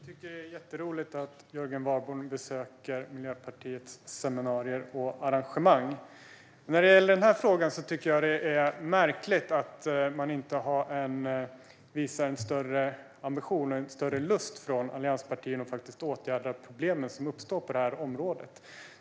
Fru talman! Det är roligt att Jörgen Warborn besöker Miljöpartiets seminarier och arrangemang. När det gäller den här frågan är det märkligt att man inte visar en större ambition och lust från allianspartierna att åtgärda problemen som uppstår på området.